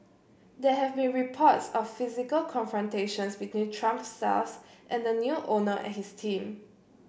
there have been reports of physical confrontations between Trump staff and the new owner and his team